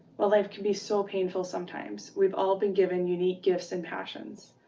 while life can be so painful sometimes, we've all been given unique gifts and passions.